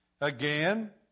Again